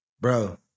Bro